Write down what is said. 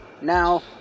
Now